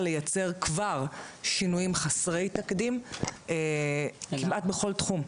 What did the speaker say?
ליצר כבר שינויים חסרי תקדים כמעט בכל תחום,